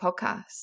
podcast